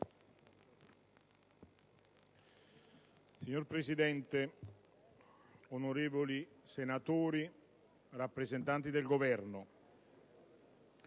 Signor Presidente, onorevoli senatori, rappresentanti del Governo,